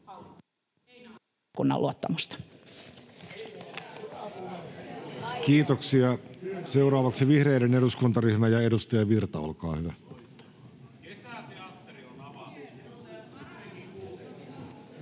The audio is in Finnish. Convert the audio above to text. Kiitoksia. — Seuraavaksi vihreiden eduskuntaryhmä ja edustaja Virta, olkaa hyvä.